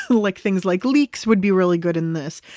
like things like leaks would be really good in this,